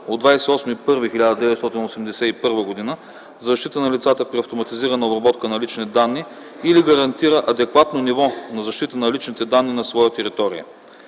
от 28.01.1981 г. за защита на лицата при автоматизираната обработка на лични данни или гарантира адекватно ниво на защита на личните данни на своя територия.